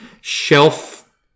shelf